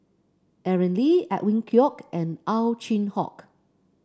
Aaron Lee Edwin Koek and Ow Chin Hock